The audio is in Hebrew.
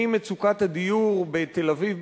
ממצוקת הדיור בתל-אביב,